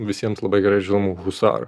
visiems labai gerai žinomų husarų